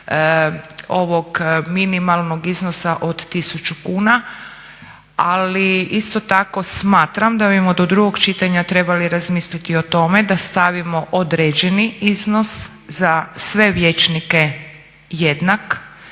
ovog minimalnog iznosa od 1000 kuna. Ali isto tako smatram da bismo do drugog čitanja trebali razmisliti i o tome da stavimo određeni iznos za sve vijećnike jednak